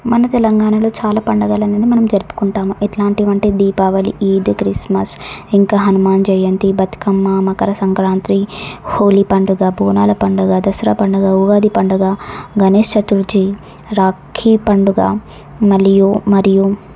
మన తెలంగాణలో చాలా పండగలు అనేది మనం జరుపుకుంటాము ఎలాంటివి అంటే దీపావళి ఈద్ క్రిస్మస్ ఇంకా హనుమాన్ జయంతి బతుకమ్మ మకర సంక్రాంతి హోలీ పండుగ బోనాల పండగ దసరా పండగ ఉగాది పండగ గణేష్ చతుర్థి రాఖీ పండగ మరియు మరియు